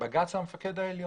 שהבג"ץ הוא המפקד העליון.